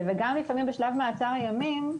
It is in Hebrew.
לפעמים גם בשלב מעצר ימים,